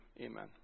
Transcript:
Amen